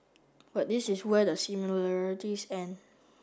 but this is where the similarities end